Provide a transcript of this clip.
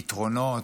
פתרונות,